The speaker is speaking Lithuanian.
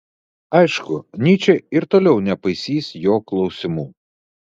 aišku nyčė ir toliau nepaisys jo klausimų